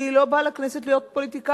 היא לא באה לכנסת להיות פוליטיקאית.